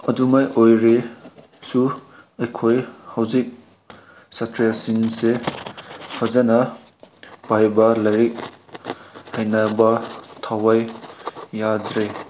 ꯑꯗꯨꯃꯥꯏ ꯑꯣꯏꯔꯁꯨ ꯑꯩꯈꯣꯏ ꯍꯧꯖꯤꯛ ꯁꯥꯇ꯭ꯔꯁꯤꯡꯁꯦ ꯐꯖꯅ ꯄꯥꯏꯕ ꯂꯥꯏꯔꯤꯛ ꯍꯩꯅꯕ ꯊꯋꯥꯏ ꯌꯥꯗ꯭ꯔꯦ